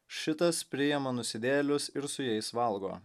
šitas priima nusidėjėlius ir su jais valgo